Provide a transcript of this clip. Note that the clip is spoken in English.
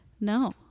No